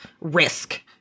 risk